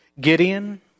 Gideon